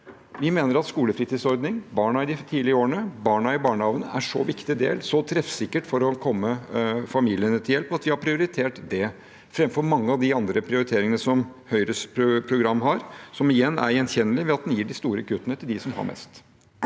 Vi mener at skolefritidsordningen, for barn i de tidlige skoleårene, og barnehage for de yngre barna er så viktig. Det er så treffsikkert for å komme familiene til hjelp at vi har prioritert det framfor mange av de andre prioriteringene som Høyres program har, som igjen er gjenkjennelig ved at en gir de store kuttene til dem som har mest.